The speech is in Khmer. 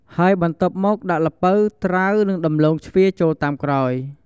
ហើយបន្ទាប់មកដាក់ល្ពៅ ត្រាវ និងដំឡូងជ្វាចូលតាមក្រោយ។